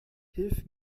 hilf